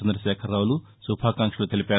చం్రశేఖరరావులు శుభాకాంక్షలు తెలిపారు